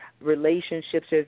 relationships